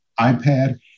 iPad